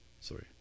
sorry